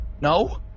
No